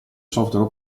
software